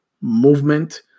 movement